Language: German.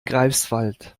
greifswald